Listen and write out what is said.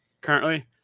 currently